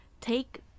Take